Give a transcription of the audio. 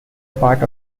part